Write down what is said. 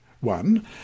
One